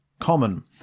common